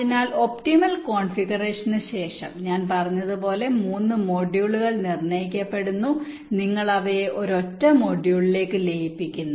അതിനാൽ ഒപ്റ്റിമൽ കോൺഫിഗറേഷനുശേഷം ഞാൻ പറഞ്ഞതുപോലെ 3 മൊഡ്യൂളുകൾ നിർണ്ണയിക്കപ്പെടുന്നു നിങ്ങൾ അവയെ ഒരൊറ്റ മൊഡ്യൂളിലേക്ക് ലയിപ്പിക്കുന്നു